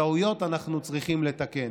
טעויות אנחנו צריכים לתקן.